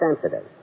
sensitive